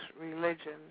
religion